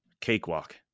Cakewalk